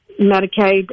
Medicaid